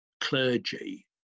clergy